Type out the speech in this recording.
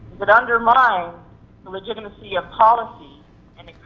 but undermines um the legitimacy of policy and it